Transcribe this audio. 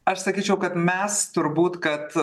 aš sakyčiau kad mes turbūt kad